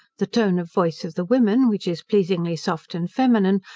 the tone of voice of the women, which is pleasingly soft and feminine,